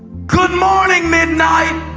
good morning, midnight!